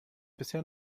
bisher